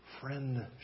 friendship